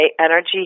energy